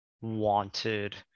wanted